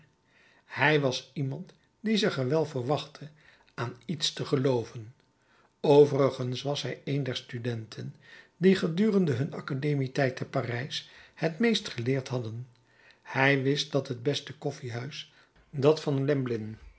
hij was iemand die zich er wel voor wachtte aan iets te gelooven overigens was hij een der studenten die gedurende hun academietijd te parijs het meest geleerd hadden hij wist dat het beste koffiehuis dat van